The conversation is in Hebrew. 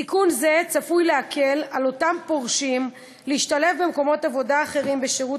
תיקון זה צפוי להקל על אותם פורשים להשתלב במקומות עבודה אחרים בשירות